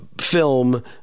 film